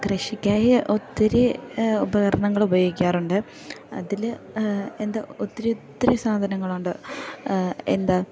കൃഷിക്കായി ഒത്തിരി ഉപകരണങ്ങൾ ഉപയോഗിക്കാറുണ്ട് അതിൽ എന്താ ഒത്തിരി ഒത്തിരി സാധനങ്ങളുണ്ട് എന്താ